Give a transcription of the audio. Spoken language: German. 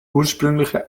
ursprüngliche